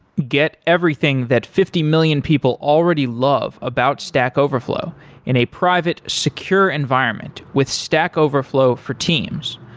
get everything that fifty million people already love about stack overflow in a private secure environment with stack overflow for teams.